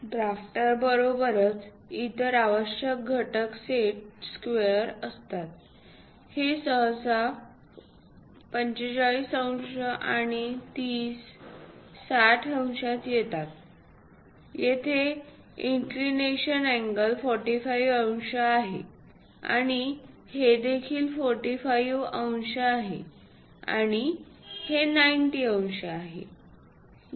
drafter बरोबरच इतर आवश्यक घटक सेट स्क्वेअर असतात हे सहसा 45 अंश आणि 30 60 अंशात येतात येथे इंक्लिनेशन अँगल 45 अंश आहे आणि हे देखील 45 अंश आहे आणि हे 90 अंश आहे